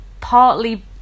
partly